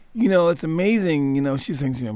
you know, it's amazing. you know, she sings. you know